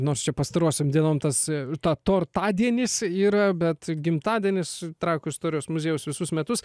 nors čia pastarosiom dienom tas ta tortadienis yra bet gimtadienis trakų istorijos muziejaus visus metus